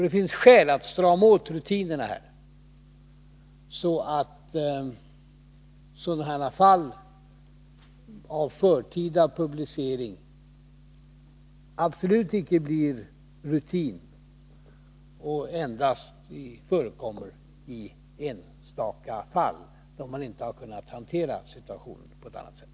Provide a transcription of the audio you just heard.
Det finns skäl att strama åt rutinerna här, så att sådana här fall av förtida publicering absolut icke blir rutin och endast förekommer i enstaka fall, då man inte har kunnat hantera situationen på ett annat sätt.